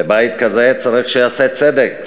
בבית כזה צריך שייעשה צדק,